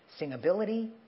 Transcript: singability